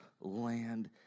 land